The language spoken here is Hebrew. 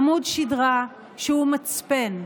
עמוד שדרה שהוא מצפן,